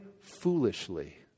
foolishly